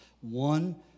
one